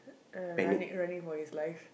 uh running running for his life